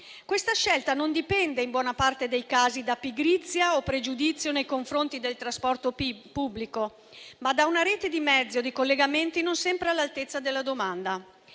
Questa scelta dipende, in buona parte dei casi, non da pigrizia o pregiudizio nei confronti del trasporto pubblico, ma da una rete di mezzi e di collegamenti non sempre all'altezza della domanda.